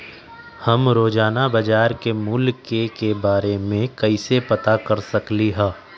हम रोजाना बाजार के मूल्य के के बारे में कैसे पता कर सकली ह?